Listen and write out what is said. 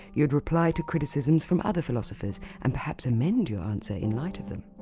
you'd reply to criticisms from other philosophers and perhaps amend you answer in light of them.